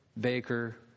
Baker